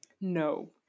No